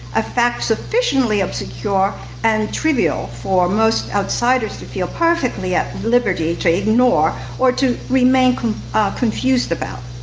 a fact sufficiently obscure and trivial for most outsiders to feel perfectly at liberty to ignore or to remain confused about.